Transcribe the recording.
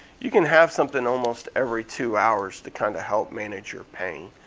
you can have something almost every two hours to kind of help manage your pain.